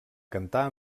cantar